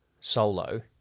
solo